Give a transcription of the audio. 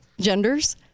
genders